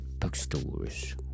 bookstores